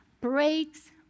breaks